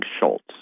Schultz